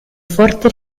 forte